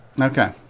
okay